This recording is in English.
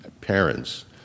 Parents